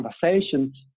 conversations